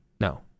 No